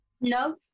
No